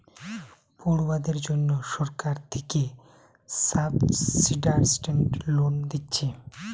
পড়ুয়াদের জন্যে সরকার থিকে সাবসিডাইস্ড লোন দিচ্ছে